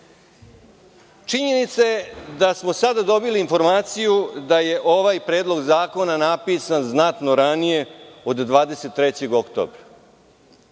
Činjenica je da smo sada dobili informaciju da je ovaj predlog zakona napisan znatno ranije od 23. oktobra. Ako